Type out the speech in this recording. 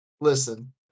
Listen